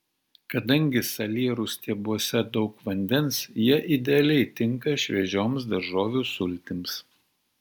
kadangi salierų stiebuose daug vandens jie idealiai tinka šviežioms daržovių sultims